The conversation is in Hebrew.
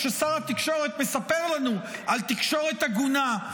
כששר התקשורת מספר לנו על תקשורת הגונה ופלורליסטית?